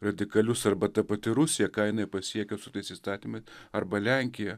vertikalius arba ta pati rusija ką jinai pasiekė su tais įstatymais arba lenkija